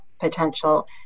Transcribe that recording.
potential